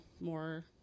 more